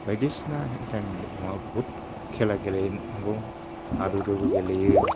बायदिसिना हेन थेन माबा बुहुत खेला गेलेनांगौ हादुदुबो गेलेयो